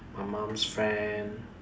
my mom's friend